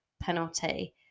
penalty